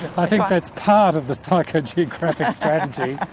i think that's part of the psychogeographic strategy.